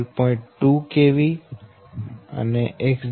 2 kV Xg1 0